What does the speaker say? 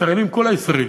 כל הישראלים: